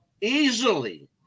easily